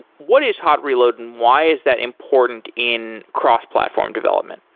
what is hot reload and why is that important in cross platform development?